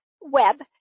Web